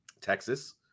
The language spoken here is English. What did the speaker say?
Texas